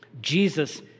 Jesus